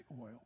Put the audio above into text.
oil